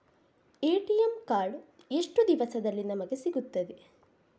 ATM card ಎಷ್ಟು ದಿವಸದಲ್ಲಿ ನಮಗೆ ಸಿಗುತ್ತದೆ?